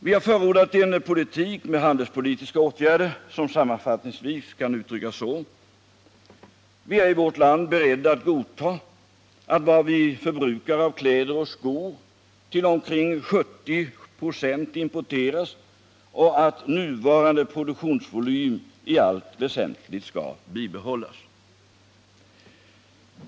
Vi har förordat en politik med handelspolitiska åtgärder, som sammanfattningsvis kan uttryckas så: Vi är i vårt land beredda att godta att vad vi förbrukar av kläder och skor till omkring 70 96 importeras och att nuvarande produktionsvolym i allt väsentligt skall bibehållas.